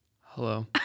Hello